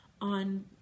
on